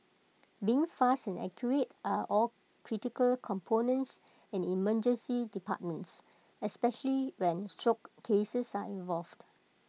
being fast and accurate are all critical components in emergency departments especially when stroke cases are involved